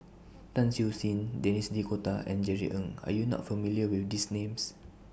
Tan Siew Sin Denis D'Cotta and Jerry Ng Are YOU not familiar with These Names